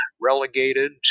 relegated